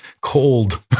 cold